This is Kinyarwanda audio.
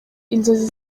inzozi